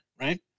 right